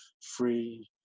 free